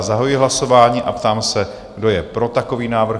Zahajuji hlasování a ptám se, kdo je pro takový návrh?